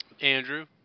Andrew